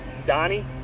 Donnie